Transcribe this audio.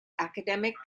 academic